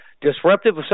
disruptive